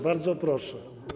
Bardzo proszę.